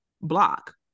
block